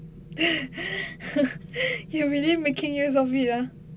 you really making use of it ah